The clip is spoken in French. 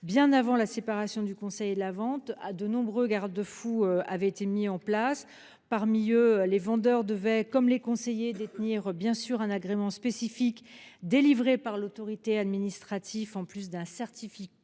bien avant la séparation du conseil et de la vente, de nombreux garde-fous avaient été mis en place. Ainsi, les vendeurs comme les conseillers devaient détenir un agrément spécifique délivré par l'autorité administrative, en plus du certificat